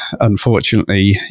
unfortunately